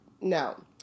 No